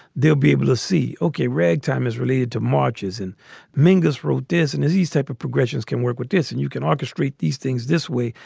they'll be able to see. okay. ragtime is related to marches and mingus, rudi's and his. these type of progressions can work with this and you can orchestrate these things this way.